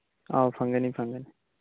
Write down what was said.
ꯑꯧ ꯐꯪꯒꯅꯤ ꯐꯪꯒꯅꯤ